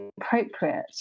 appropriate